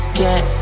get